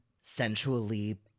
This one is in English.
sensually